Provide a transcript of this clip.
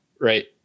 right